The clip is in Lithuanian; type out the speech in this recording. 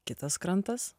kitas krantas